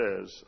says